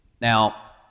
Now